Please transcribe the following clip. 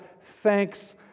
thanks